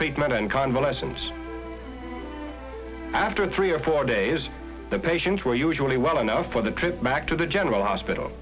treatment and convalescence after three or four days the patients were usually well enough for the trip back to the general hospital